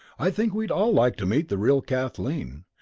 i think we'd all like to meet the real kathleen.